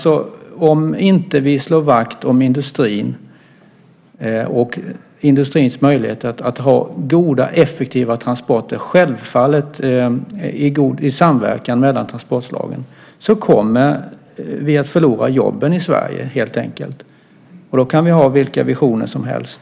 Om vi inte slår vakt om industrin och dess möjligheter att ha goda, effektiva transporter, självfallet i samverkan mellan transportslagen, så kommer vi helt enkelt att förlora jobben i Sverige, och då kan vi ha vilka visioner som helst.